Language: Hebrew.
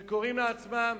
שקוראים לעצמם